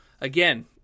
again